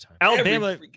Alabama